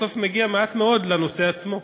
מגיע מעט מאוד לנושא עצמו,